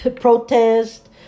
protest